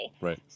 Right